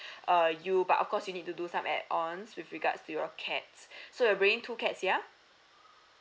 uh you but of course you need to do some add ons with regards to your cats so you're bringing two cats yeah